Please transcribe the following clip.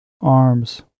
arms